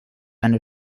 eine